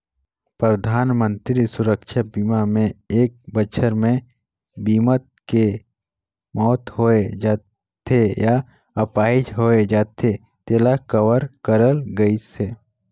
परधानमंतरी सुरक्छा बीमा मे एक बछर मे बीमित के मउत होय जाथे य आपाहिज होए जाथे तेला कवर करल गइसे